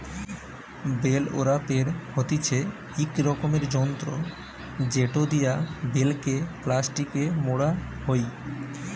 bell wrapper হতিছে ইক রকমের যন্ত্র জেটো দিয়া বেল কে প্লাস্টিকে মোড়া হই